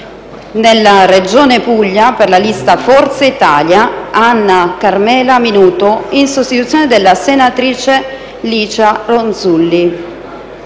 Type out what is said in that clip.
nella Regione Puglia: per la lista «Forza Italia», Anna Carmela Minuto, in sostituzione della senatrice Licia Ronzulli;